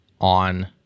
on